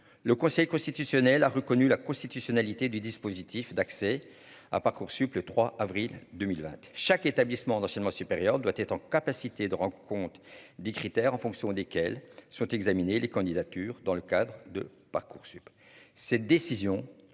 le Conseil constitutionnel a reconnu la constitutionnalité du dispositif d'accès à Parcoursup le 3 avril 2020, chaque établissement d'enseignement supérieur doit être en capacité de rencontre des critères en fonction desquels sont examiner les candidatures dans le cadre de Parcoursup